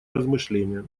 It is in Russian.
размышления